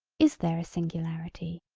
is there a singularity,